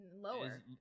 lower